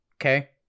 Okay